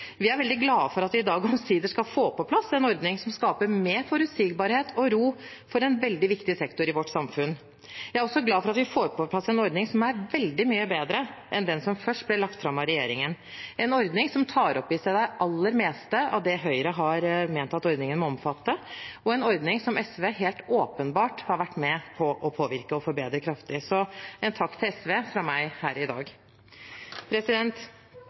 Vi er imidlertid veldig glade for at vi i dag omsider får på plass en ordning som skaper mer forutsigbarhet og ro for en veldig viktig sektor i vårt samfunn. Jeg er også glad for at vi får på plass en ordning som er veldig mye bedre enn den som først ble lagt fram av regjeringen – en ordning som tar opp i seg det aller meste av det Høyre har ment at ordningen må omfatte, og en ordning som SV helt åpenbart har vært med på å påvirke og forbedre kraftig. Så en takk til SV fra meg her i dag.